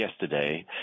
yesterday